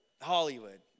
hollywood